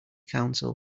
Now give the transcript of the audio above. council